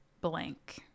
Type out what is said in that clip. Blank